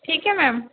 ठीक आहे मॅम